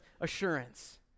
assurance